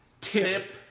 tip